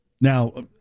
Now